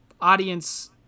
audience